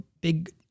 big